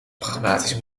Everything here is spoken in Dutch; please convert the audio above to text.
pragmatisch